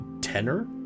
tenor